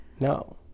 No